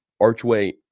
Archway